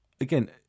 again